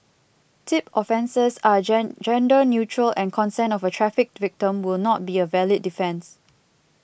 tip offences are gender neutral and consent of a trafficked victim will not be a valid defence